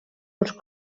uns